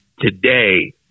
today